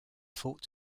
thought